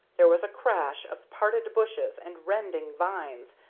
there was a crash of parted bushes and rending vines,